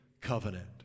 Covenant